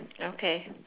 okay